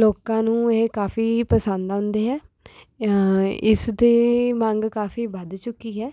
ਲੋਕਾਂ ਨੂੰ ਇਹ ਕਾਫੀ ਪਸੰਦ ਆਉਂਦੇ ਹੈ ਇਸਦੀ ਮੰਗ ਕਾਫੀ ਵੱਧ ਚੁੱਕੀ ਹੈ